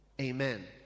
amen